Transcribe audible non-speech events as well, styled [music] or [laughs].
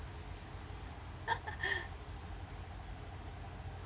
[laughs]